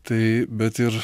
tai bet ir